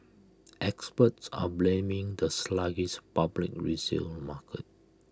experts are blaming the sluggish public resale market